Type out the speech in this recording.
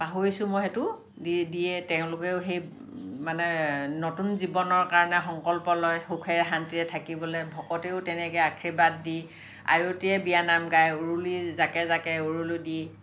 পাহৰিছোঁ মই সেইটো দি দিয়ে তেওঁলোকেও সেই মানে নতুন জীৱনৰ কাৰণে সংকল্প লয় সুখেৰে শান্তিৰে থাকিবলৈ ভকতেও তেনেকৈ আৰ্শীবাদ দি আয়তিয়ে বিয়া নাম গায় উৰুলি জাকে জাকে উৰুলি দি